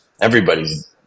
everybody's